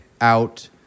out